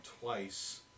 twice